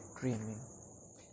Dreaming